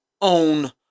own